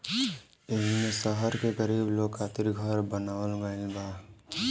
एईमे शहर के गरीब लोग खातिर घर बनावल गइल बा